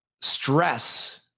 stress